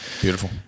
Beautiful